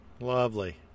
Lovely